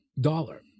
dollar